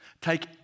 take